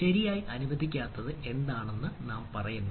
ശരിയായി അനുവദിക്കാത്തത് എന്താണെന്ന് നയം പറയുന്നു